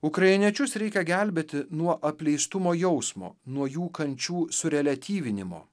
ukrainiečius reikia gelbėti nuo apleistumo jausmo nuo jų kančių sureliatyvinimo